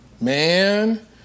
Man